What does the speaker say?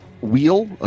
wheel